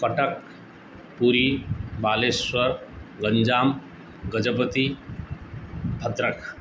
Cuttack Puri Baleshwar Ganjam Gajapati Bhadrak